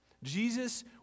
Jesus